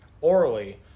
orally